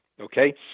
Okay